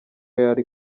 yari